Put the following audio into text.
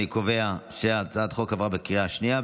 אני קובע שהצעת החוק עברה בקריאה שנייה.